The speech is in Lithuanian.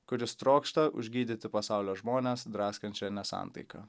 kuris trokšta užgydyti pasaulio žmones draskančią nesantaika